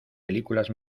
películas